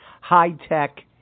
high-tech